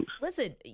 Listen